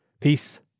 Peace